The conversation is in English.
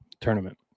tournament